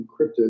encrypted